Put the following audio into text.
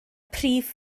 prif